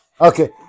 Okay